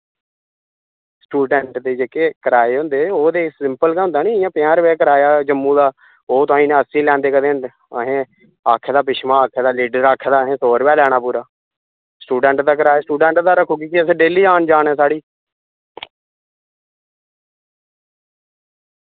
student दे जेह्के किराए होंदे ओह् ते सिंपल गै होंदा नी जियां पंजाह रपे किराया जम्मू दा ओह् ताहीं दा अस्सीं लैंदे कदें आक्खे दा पिच्छुआं आक्खे दा लीडरै ऐहें सौ रपेआ गै लैना स्टूडेंट दा किराया स्टूडेंट दा गै रक्खो की केह् असें डेली दा औन जान ऐ